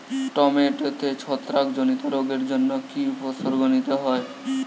টমেটোতে ছত্রাক জনিত রোগের জন্য কি উপসর্গ নিতে হয়?